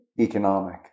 economic